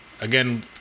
again